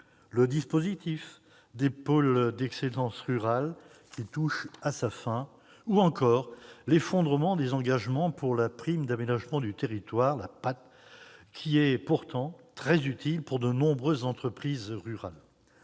le dispositif des pôles d'excellence rurale, qui touche à sa fin ; l'effondrement de l'enveloppe allouée à la prime d'aménagement du territoire, la PAT, qui est pourtant très utile à de nombreuses entreprises rurales.